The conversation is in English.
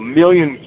million